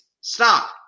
Stop